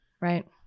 Right